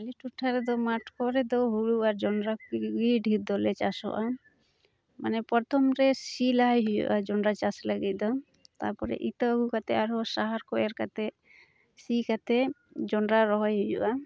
ᱟᱞᱮ ᱴᱚᱴᱷᱟ ᱨᱮᱫᱚ ᱢᱟᱴᱷ ᱠᱚᱨᱮ ᱫᱚ ᱦᱩᱲᱩ ᱟᱨ ᱡᱚᱸᱰᱨᱟ ᱠᱚᱜᱮ ᱰᱷᱮᱨ ᱫᱚᱞᱮ ᱪᱟᱥᱚᱜᱼᱟ ᱢᱟᱱᱮ ᱯᱚᱨᱛᱷᱚᱢᱨᱮ ᱥᱤ ᱞᱟᱦᱟᱭ ᱦᱩᱭᱩᱜᱼᱟ ᱡᱚᱸᱰᱨᱟ ᱪᱟᱥ ᱞᱟᱹᱜᱤᱫ ᱫᱚ ᱛᱟᱨᱯᱚᱨᱮ ᱤᱛᱟᱹ ᱟᱹᱜᱩ ᱠᱟᱛᱮᱫ ᱟᱨᱦᱚᱸ ᱥᱟᱦᱟᱨᱠᱚ ᱮᱨ ᱠᱟᱛᱮᱫ ᱥᱤ ᱠᱟᱛᱮᱫ ᱡᱚᱸᱰᱨᱟ ᱨᱚᱦᱚᱭ ᱦᱩᱭᱩᱜᱼᱟ